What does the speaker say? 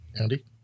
Andy